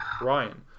Ryan